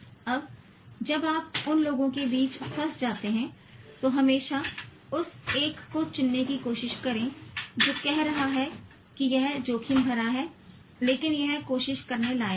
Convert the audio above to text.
अब जब आप उन दोनों के बीच फंस जाते हैं तो हमेशा उस एक को चुनने की कोशिश करें जो कह रहा है कि यह जोखिम भरा है लेकिन यह कोशिश करने लायक है